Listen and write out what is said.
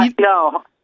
No